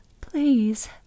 Please